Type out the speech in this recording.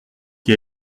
qui